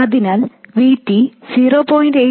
അതിനാൽ V T 0